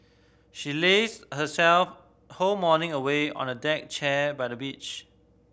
she lazed her sell whole morning away on a deck chair by the beach